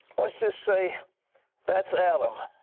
let's just say that's adam,